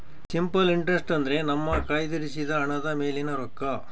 simple interest ಅಂದ್ರೆ ನಮ್ಮ ಕಯ್ದಿರಿಸಿದ ಹಣದ ಮೇಲಿನ ರೊಕ್ಕ